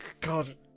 God